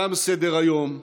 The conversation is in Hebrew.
תם סדר-היום.